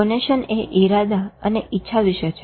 કોનેશનએ ઈરાદા અને ઈચ્છા વિશે છે